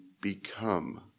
become